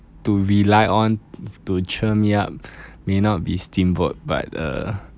to rely on to cheer me up may not be steamboat but uh